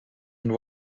and